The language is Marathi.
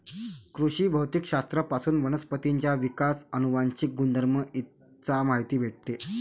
कृषी भौतिक शास्त्र पासून वनस्पतींचा विकास, अनुवांशिक गुणधर्म इ चा माहिती भेटते